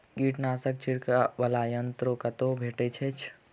कीटनाशक छिड़कअ वला यन्त्र कतौ भेटैत अछि?